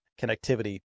connectivity